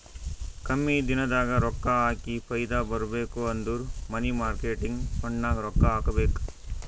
ಕಮ್ಮಿ ದಿನದಾಗ ರೊಕ್ಕಾ ಹಾಕಿ ಫೈದಾ ಬರ್ಬೇಕು ಅಂದುರ್ ಮನಿ ಮಾರ್ಕೇಟ್ ಫಂಡ್ನಾಗ್ ರೊಕ್ಕಾ ಹಾಕಬೇಕ್